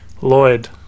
Lloyd